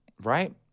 right